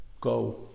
go